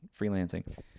freelancing